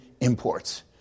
imports